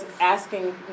asking